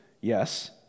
Yes